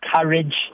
courage